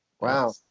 Wow